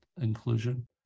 inclusion